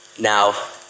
Now